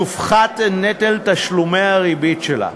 יופחת נטל תשלומי הריבית שלה.